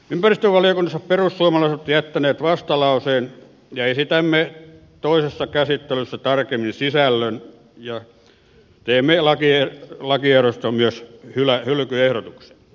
ympäristövaliokunnassa perussuomalaiset ovat jättäneet vastalauseen ja esitämme toisessa käsittelyssä tarkemmin sisällön ja teemme lakiehdotuksesta myös hylkyehdotuksen